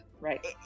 Right